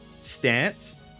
stance